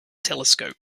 telescope